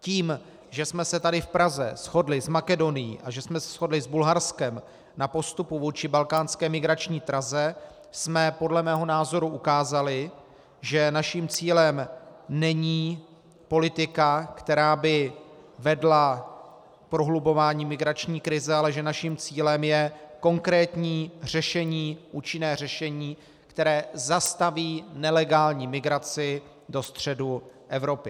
Tím, že jsme se tady v Praze shodli s Makedonií a že jsme se shodli s Bulharskem na postupu vůči balkánské migrační trase, jsme podle mého názoru ukázali, že naším cílem není politika, která by vedla k prohlubování migrační krize, ale že naším cílem je konkrétní účinné řešení, které zastaví nelegální migraci do středu Evropy.